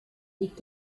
liegt